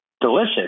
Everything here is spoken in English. delicious